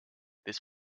this